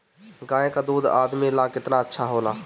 गाय का दूध आदमी ला कितना अच्छा होला?